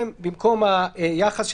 היושב-ראש,